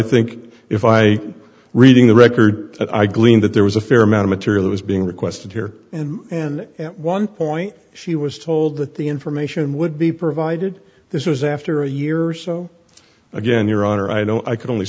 think if i were reading the record i gleaned that there was a fair amount of material was being requested here and and at one point she was told that the information would be provided this was after a year or so again your honor i know i could only